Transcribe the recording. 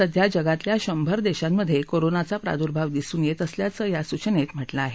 सध्या जगातल्या शंभर देशांमध्ये कोरोनाचा प्रादुर्भाव दिसून येत असल्याचंही या सूचनेत म्हटलं आहे